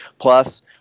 Plus